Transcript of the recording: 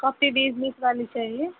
copy बीस बीस वाली चाहिए